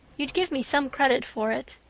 you'd give me some credit for it.